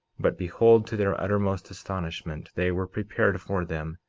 but behold, to their uttermost astonishment, they were prepared for them,